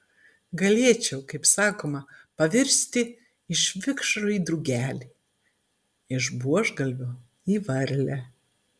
galėčiau kaip sakoma pavirsti iš vikšro į drugelį iš buožgalvio į varlę